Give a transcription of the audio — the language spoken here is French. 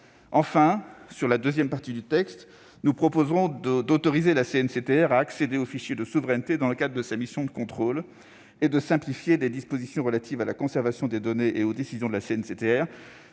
de la deuxième partie du texte, nous proposerons d'autoriser la CNCTR à accéder aux fichiers de souveraineté dans le cadre de sa mission de contrôle et de simplifier des dispositions relatives à la conservation des données et aux décisions de la CNCTR,